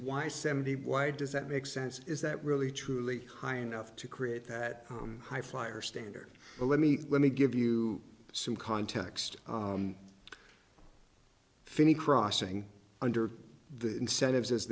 why seventy why does that make sense is that really truly high enough to create that high flyer standard but let me let me give you some context phinney crossing under the incentives as